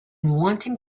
wanting